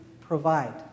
provide